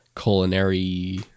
culinary